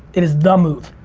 it is the move.